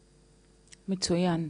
מצוין.